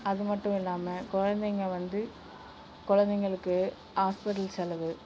அதுமட்டும் இல்லாமல் குழந்தைங்க வந்து குழந்தைங்களுக்கு ஹாஸ்பிட்டல் செலவு